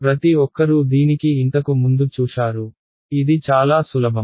ప్రతి ఒక్కరూ దీనికి ఇంతకు ముందు చూశారు ఇది చాలా సులభం